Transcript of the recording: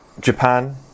Japan